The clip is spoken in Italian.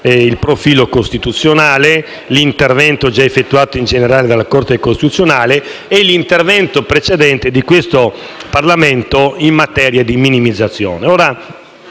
il profilo costituzionale, l'intervento già effettuato in generale dalla Corte costituzionale e l'intervento precedente di questo Parlamento in materia di minimizzazione.